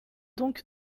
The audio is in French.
donc